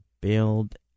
build